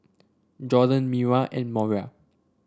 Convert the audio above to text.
Jorden Mira and Moriah